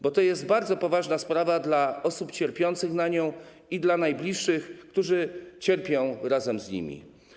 Bo to jest bardzo poważna sprawa dla osób cierpiących na nią i dla najbliższych, którzy cierpią razem z nimi.